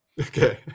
Okay